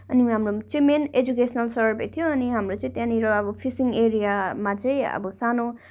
अनि हाम्रो चाहिँ मेन एजुकेसनल सर्भे थियो अनि हाम्रो चाहिँ त्यहाँनिर अब फिसिङ एरियामा चाहिँ अब सानो